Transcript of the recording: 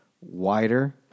wider